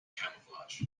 camouflage